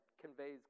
conveys